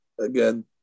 again